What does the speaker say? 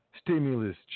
stimulus